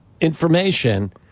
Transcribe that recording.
information